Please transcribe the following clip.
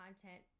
content